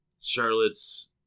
Charlotte's